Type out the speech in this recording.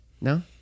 No